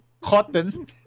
cotton